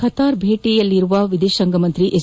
Qatar ಭೇಣಿಯಲ್ಲಿರುವ ವಿದೇಶಾಂಗ ಸಚಿವ ಎಸ್